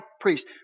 priest